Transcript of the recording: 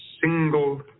single